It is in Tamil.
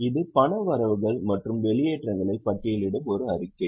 இது பண வரவுகள் மற்றும் வெளியேற்றங்களை பட்டியலிடும் ஒரு அறிக்கை